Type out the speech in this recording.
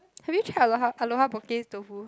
have you tried Aloha Aloha Poke's tofu